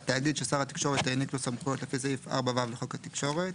תאגיד ששר התקשורת העניק לו סמכויות לפי סעיף 4(ו) לחוק התקשורת,